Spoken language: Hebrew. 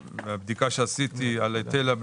עם ריכוזי ניקוטין בהתאם